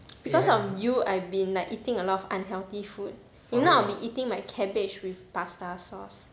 because of you I've been like eating a lot of unhealthy food if not I'll be eating my cabbage with pasta sauce